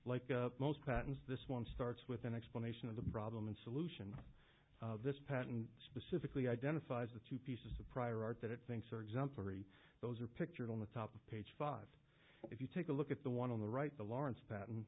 like most patents this one starts with an explanation of the problem and solution this patent specifically identifies the two pieces of prior art that it thinks are exemplary those are pictured on the top of page five if you take a look at the one on the right the lawrence patton